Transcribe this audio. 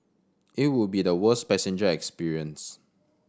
it would be the worst passenger experience